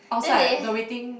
outside the waiting